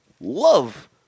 love